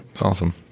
awesome